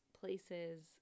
places